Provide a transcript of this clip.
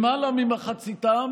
למעלה ממחציתם